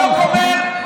זה חוק פרסונלי.